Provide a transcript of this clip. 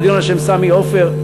איצטדיון על שם סמי עופר,